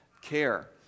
care